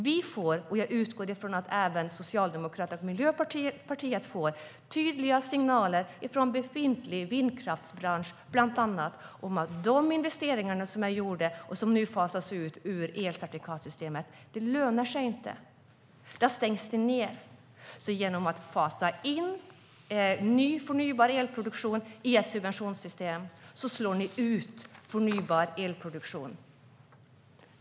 Vi får, och jag utgår från att även Socialdemokraterna och Miljöpartiet får, tydliga signaler från bland annat befintlig vindkraftsbransch om att de investeringar som är gjorda och nu fasas ut ur elcertifikatssystemet inte lönar sig. Då stängs det ned. Genom att fasa in ny förnybar elproduktion i ett subventionssystem slår ni ut förnybar elproduktion.